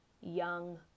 young